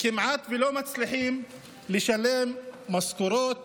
כמעט לא מצליחים לשלם משכורות